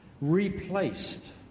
replaced